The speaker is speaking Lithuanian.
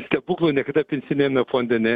stebuklų niekada pensijiniame fonde ne